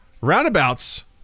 roundabouts